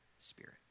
spirit